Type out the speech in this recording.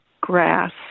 grass